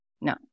No